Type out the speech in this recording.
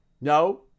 No